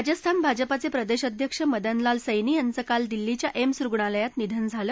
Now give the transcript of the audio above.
राजस्थान भाजपाचे प्रदेश अध्यक्ष मदनलाल सैनी यांचं काल दिल्लीच्या एम्स रुग्णालयात निधन झालं